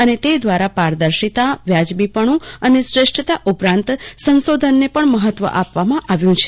અને તે દ્વારા પારદર્શિતા વાજબીપષ્નું અને શ્રેષ્ઠતા ઉપરાંત સંશોધનને પજ્ઞ મહત્વ આપવામાં આવ્યું છે